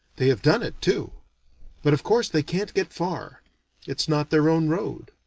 they have done it, too but of course they can't get far it's not their own road.